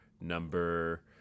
number